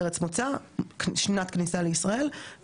ויוצא PDF שבו מפורטות ההפקדות,